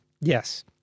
Yes